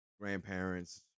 grandparents